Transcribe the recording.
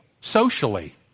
socially